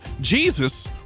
jesus